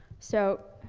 so